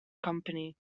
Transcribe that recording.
company